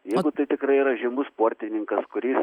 jeigu tai tikrai yra žymus sportininkas kuris